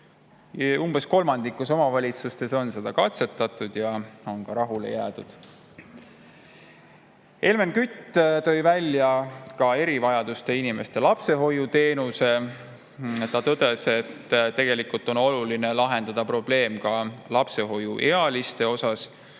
Umbes kolmandikus omavalitsustes on seda katsetatud ja on rahule jäädud. Helmen Kütt tõi välja ka erivajadustega inimeste lapsehoiuteenuse. Ta tõdes, et tegelikult on oluline lahendada probleem ka lapsehoiuealiste osas.